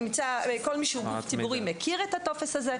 כל מי שהוא גוף ציבורי מכיר את הטופס הזה.